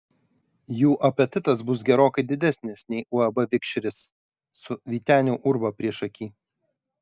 jų apetitas bus gerokai didesnis nei uab vikšris su vyteniu urba priešaky